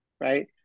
right